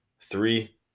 Three